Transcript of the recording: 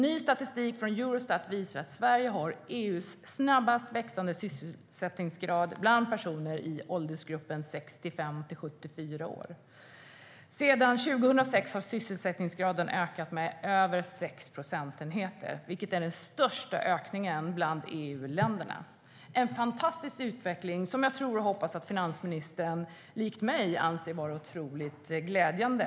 Ny statistik från Eurostat visar att Sverige har EU:s snabbast växande sysselsättningsgrad bland personer i åldersgruppen 65-74 år. Sedan 2006 har sysselsättningsgraden ökat med över 6 procentenheter, vilket är den största ökningen bland EU-länderna. Det är en fantastisk utveckling som jag tror och hoppas att finansministern likt mig anser vara otroligt glädjande.